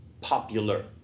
popular